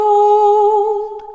old